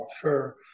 Sure